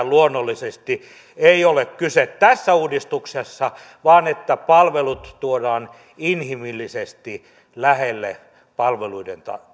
luonnollisesti ei ole kyse tässä uudistuksessa vaan siitä että palvelut tuodaan inhimillisesti lähelle palveluiden